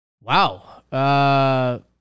wow